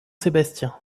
sébastien